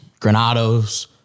Granados